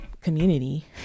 community